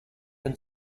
can